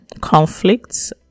conflicts